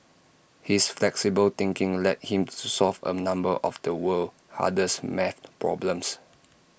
his flexible thinking led him to solve A number of the world's hardest math problems